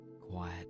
quiet